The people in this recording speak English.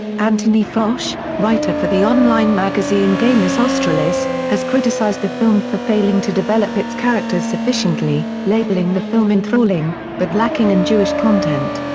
anthony frosh, writer for the online magazine galus australis, has criticized the film for failing to develop its characters sufficiently, labeling the film enthralling, but lacking in jewish content.